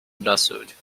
lawsuit